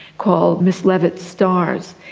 called miss leavitt's stars.